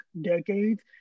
decades